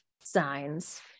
Signs